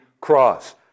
cross